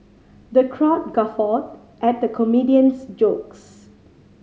the crowd guffawed at the comedian's jokes